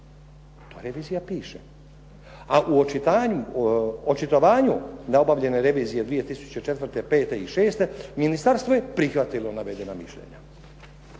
to Revizija piše. A u očitovanju na obavljenoj reviziji 2004., 2005. i 2006. ministarstvo je prihvatilo navedena mišljenja.